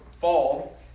fall